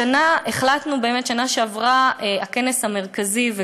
בשנה שעברה הכנס המרכזי,